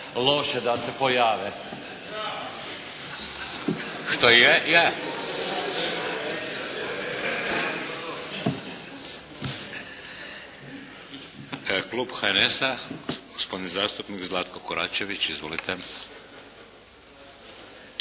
Vladimir (HDZ)** Što je, je! Klub HNS-a, gospodin zastupnik Zlatko Koračević. Izvolite.